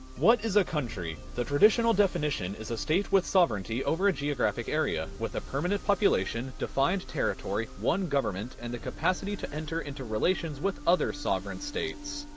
what is a country? the traditional definition is a state with sovereignty over a geographic area with a permanent population, defined territory, one government, and the capacity to enter into relations with other sovereign states.